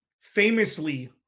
famously